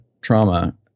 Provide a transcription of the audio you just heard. trauma